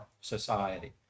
society